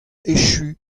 echu